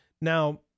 Now